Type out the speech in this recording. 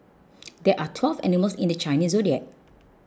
there are twelve animals in the Chinese zodiac